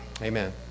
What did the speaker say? Amen